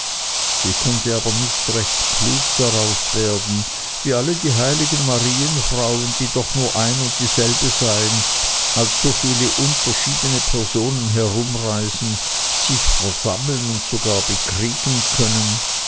sie konnte aber nicht recht klug daraus wer den wie alle die heiligen marienfrauen die doch nur ein und dasselbe seien als so viele unterschiedene personen herumreisen sich versammeln und sogar bekriegen können